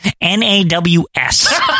N-A-W-S